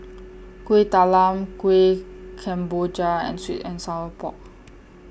Kuih Talam Kuih Kemboja and Sweet and Sour Pork